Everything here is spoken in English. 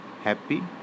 happy